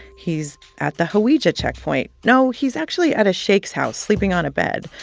he's at the hawija checkpoint. no, he's actually at a sheikh's house sleeping on a bed.